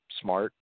smart